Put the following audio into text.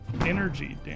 energy